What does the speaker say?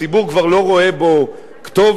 הציבור כבר לא רואה בו כתובת,